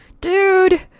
dude